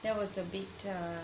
there was a bit ugh